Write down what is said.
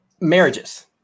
marriages